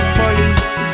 police